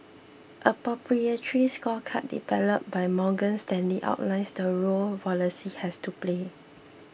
a proprietary scorecard developed by Morgan Stanley outlines the role policy has to play